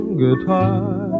guitar